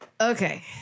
Okay